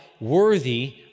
worthy